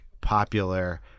popular